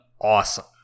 awesome